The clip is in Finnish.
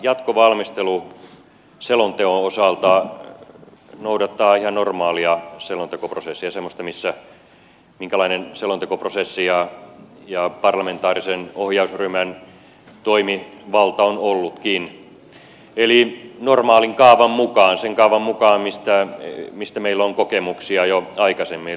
minusta jatkovalmistelu selonteon osalta noudattaa ihan normaalia selontekoprosessia semmoista minkälainen selontekoprosessi ja parlamentaarisen ohjausryhmän toimivalta on ollutkin eli normaalin kaavan mukaan sen kaavan mukaan mistä meillä on kokemuksia jo aikaisemmin